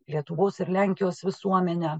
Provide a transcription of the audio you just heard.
lietuvos ir lenkijos visuomenę